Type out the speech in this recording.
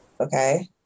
Okay